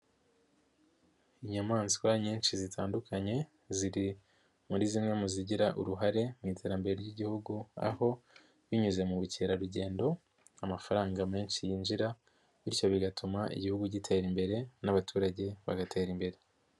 Inyamaswa nyinshi zitandukanye ziri muri zimwe mu zigira uruhare mu iterambere ry'Igihugu, aho binyuze mu bukerarugendo amafaranga menshi yinjira, bityo bigatuma Igihugu gitera imbere n'abaturage bagatera imbere.